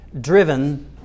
driven